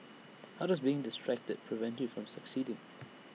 how does being distracted prevent you from succeeding